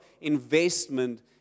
investment